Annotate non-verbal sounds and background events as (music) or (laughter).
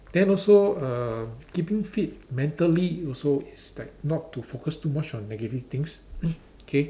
then also uh keeping fit mentally also is like not to focus too much on negative things (noise) K